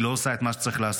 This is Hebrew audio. היא לא עושה את מה שצריך לעשות.